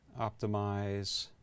optimize